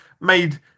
made